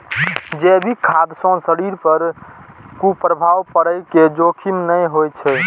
जैविक खाद्य सं शरीर पर कुप्रभाव पड़ै के जोखिम नै होइ छै